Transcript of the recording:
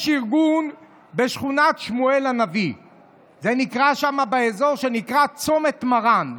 יש ארגון בשכונת שמואל הנביא באזור שנקרא צומת מרן,